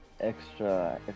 extra